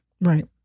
Right